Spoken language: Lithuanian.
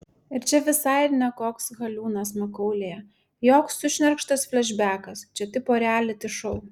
ir čia visai ne koks haliūnas makaulėje joks sušnerkštas flešbekas čia tipo rialiti šou